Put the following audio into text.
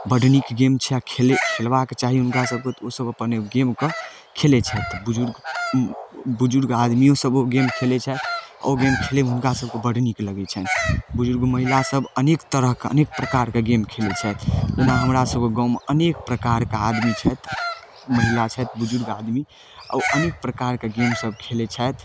बड़ नीक गेम छै आओर खेल खेलबाक चाही हुनकासभके तऽ ओसभ अपन गेमके खेलै छथि बुजुर्ग बुजुर्ग आदमिओसभ ओ गेम खेलै छथि आओर ओ गेम खेलैमे हुनकासभके बड़ नीक लगै छनि बुजुर्ग महिलासभ अनेक तरहके अनेक प्रकारके गेम खेलै छथि जेना हमरासभके गाममे अनेक प्रकारके आदमी छथि महिला छथि बुजुर्ग आदमी आओर ओ अनेक प्रकारके गेमसब खेलै छथि